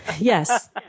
Yes